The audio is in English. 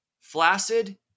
flaccid